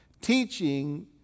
teaching